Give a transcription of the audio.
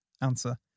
answer